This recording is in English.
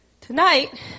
tonight